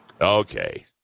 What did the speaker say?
Okay